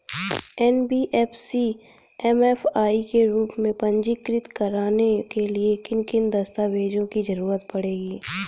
NBFC MFI के रूप में पंजीकृत कराने के लिए किन किन दस्तावेजों की जरूरत पड़ेगी?